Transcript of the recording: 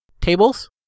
tables